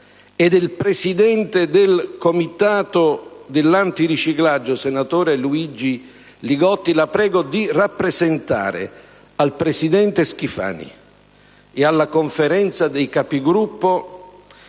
e del presidente del Comitato antiriciclaggio, senatore Luigi Li Gotti, la prego di rappresentare al presidente Schifani e alla Conferenza dei Capigruppo